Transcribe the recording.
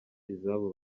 izabo